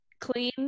clean